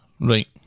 Right